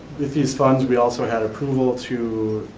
with these funds, we also had approval to,